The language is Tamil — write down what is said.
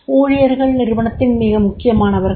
ஊழியர்கள் நிறுவனத்தின் மிக முக்கியமானவர்கள்